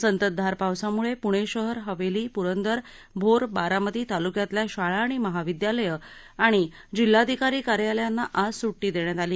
संततधार पावसाम्ळे प्णे शहर हवेली प्रंदर भोर बारामती ताल्क्यातल्या शाळा आणि महाविद्यालयं आणि जिल्हाधिकारी कार्यालयांना आज सुट्टी देण्यात आली